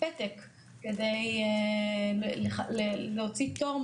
פתק כדי להוציא פטור,